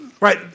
right